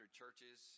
churches